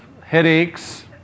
headaches